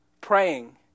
praying